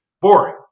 boring